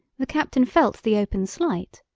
the captain felt the open slight.